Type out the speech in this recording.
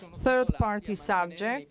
third party subjects